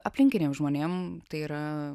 aplinkiniam žmonėm tai yra